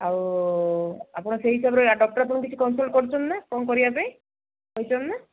ଆଉ ଆପଣ ସେଇ ହିସାବରେ ଡକ୍ଟର୍ କିଛି କନସଲ୍ଟ୍ କରିଛନ୍ତି ନା କ'ଣ କରିବା ପାଇଁ କହିଛନ୍ତି ନା